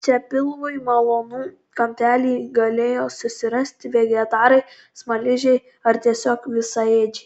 čia pilvui malonų kampelį galėjo susirasti vegetarai smaližiai ar tiesiog visaėdžiai